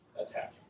attack